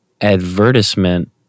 advertisement